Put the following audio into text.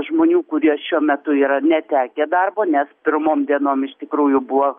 žmonių kurie šiuo metu yra netekę darbo nes pirmom dienom iš tikrųjų buvo